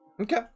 Okay